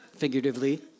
figuratively